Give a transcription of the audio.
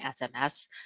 SMS